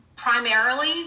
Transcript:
primarily